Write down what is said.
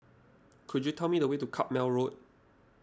could you tell me the way to Carpmael Road